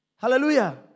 Hallelujah